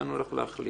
שניתן לך להחליט.